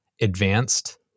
advanced